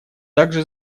также